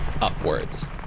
upwards